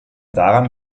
daran